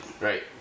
Right